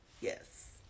Yes